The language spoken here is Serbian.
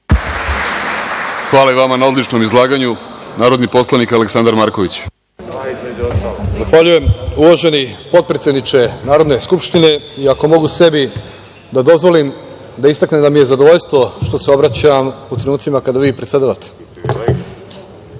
Hvala i vama na odličnom izlaganju. Narodni poslanik Aleksandar Marković. **Aleksandar Marković** Zahvaljujem. Uvaženi potpredsedniče Narodne skupštine, ako mogu sebi da dozvolim, da istaknem da mi je zadovoljstvo što se obraćam u trenucima kada vi predsedavate. Biću